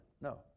No